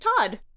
Todd